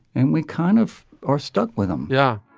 and we kind of are stuck with them yeah.